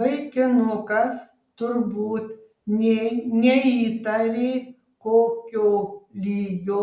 vaikinukas turbūt nė neįtarė kokio lygio